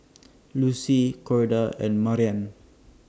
Lucie Corda and Marian